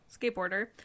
skateboarder